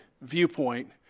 viewpoint